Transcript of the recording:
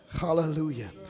hallelujah